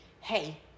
hey